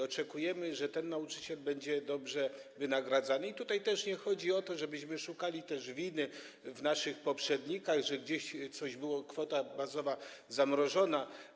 Oczekujemy, że nauczyciel będzie dobrze wynagradzany i tutaj też nie chodzi o to, żebyśmy szukali winy w naszych poprzednikach, że gdzieś, kiedyś kwota bazowa była zamrożona.